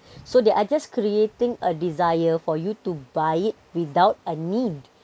so they are just creating a desire for you to buy it without a need